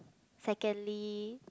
secondly